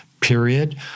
period